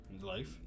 life